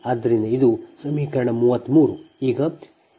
ಆದ್ದರಿಂದ ಇದು ಸಮೀಕರಣ 33